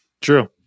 True